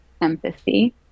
empathy